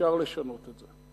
אפשר לשנות את זה.